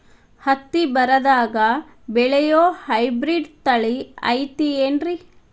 ಹತ್ತಿ ಬರದಾಗ ಬೆಳೆಯೋ ಹೈಬ್ರಿಡ್ ತಳಿ ಐತಿ ಏನ್ರಿ?